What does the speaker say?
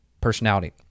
personality